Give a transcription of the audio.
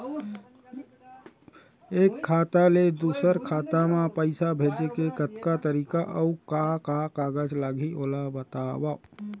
एक खाता ले दूसर खाता मा पइसा भेजे के कतका तरीका अऊ का का कागज लागही ओला बतावव?